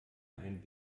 einen